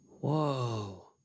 Whoa